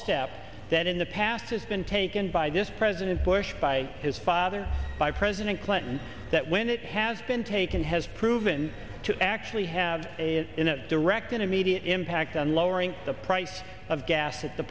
step that in the past has been taken by this president bush by his father by president clinton that when it has been taken has proven to actually have in a direct and immediate impact on lowering the price of gas at the